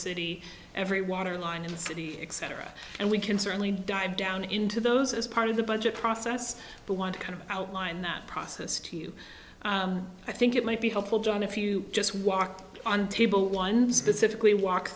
city every waterline and city etc and we can certainly dive down into those as part of the budget process but want to kind of outline that process to you i think it might be helpful john if you just walk on table one specifically walk